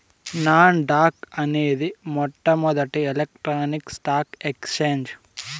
non dock అనేది మొట్టమొదటి electronic stock exchange